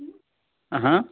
हा